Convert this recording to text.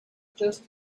just